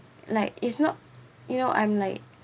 like it's not you know I'm like